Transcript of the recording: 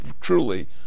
truly